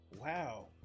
wow